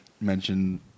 mention